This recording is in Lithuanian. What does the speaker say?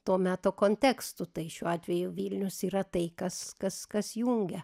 to meto kontekstu tai šiuo atveju vilnius yra tai kas kas kas jungia